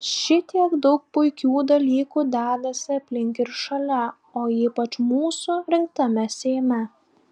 šitiek daug puikių dalykų dedasi aplink ir šalia o ypač mūsų rinktame seime